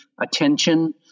attention –